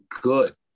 good